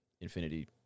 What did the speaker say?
Infinity